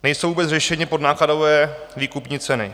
Nejsou vůbec řešeny podnákladové výkupní ceny.